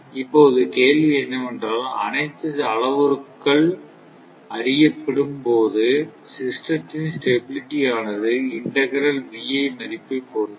இப்போது கேள்வி என்னவென்றால் அனைத்து அளவுருக்கள் அறியப்படும்போது சிஸ்டத்தின் ஸ்டபிளிட்டி ஆனது இன்டெக்ரால் V I மதிப்பைப் பொறுத்தது